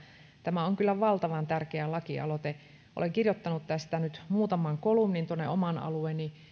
tämä on kyllä valtavan tärkeä lakialoite olen kirjoittanut tästä nyt muutaman kolumnin oman alueeni